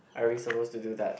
I really suppose to do that